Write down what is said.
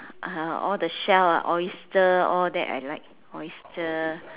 uh all the shell ah oyster all that I like oyster